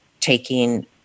taking